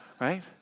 Right